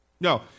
No